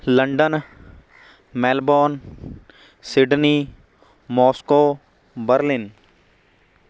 London Melbourne Sydney Moscow Berlin